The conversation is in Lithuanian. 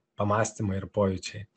pamąstymai ir pojūčiai